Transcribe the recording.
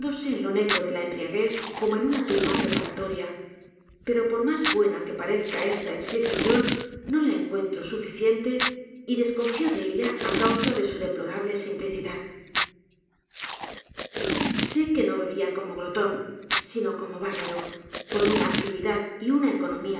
en lo negro de la embriaguez como en una tumba preparatoria pero por más buena que parezca esta explicación no la encuentro suficiente y desconfio de ella á causa de su deplorable simplicidad sé que no bebía como glotón sino como bárbaro con una actividad y u n a economía